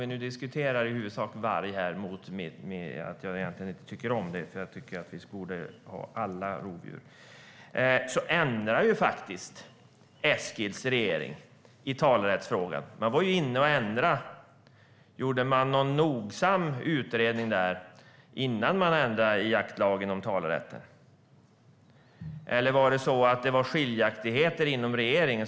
Vi diskuterar i huvudsak varg här, och jag tycker egentligen inte om det, för jag tycker att vi borde diskutera alla rovdjur. Eskils regering ändrade i talerättsfrågan. Man var inne och ändrade i jaktlagen om talerätten. Gjorde man någon nogsam utredning innan man gjorde det? Eller var det skiljaktigheter inom regeringen?